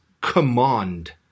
command